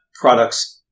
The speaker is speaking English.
products